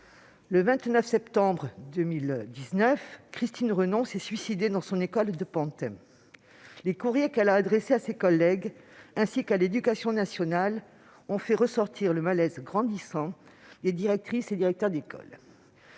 Le 29 septembre 2019, Christine Renon s'est suicidée dans son école de Pantin. Les courriers qu'elle avait adressés à ses collègues, ainsi qu'à l'éducation nationale, ont fait ressortir le malaise grandissant des directrices et directeurs d'école.